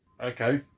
Okay